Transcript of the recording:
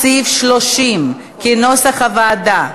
כנוסח הוועדה.